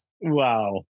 Wow